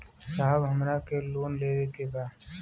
साहब हमरा के लोन लेवे के बा